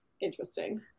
interesting